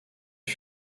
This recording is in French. les